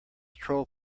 troll